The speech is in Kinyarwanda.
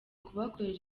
kubakorera